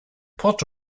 port